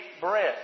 bread